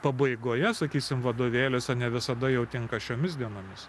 pabaigoje sakysim vadovėliuose ne visada jau tinka šiomis dienomis